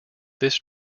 this